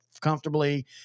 comfortably